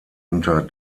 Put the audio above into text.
unter